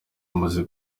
amaze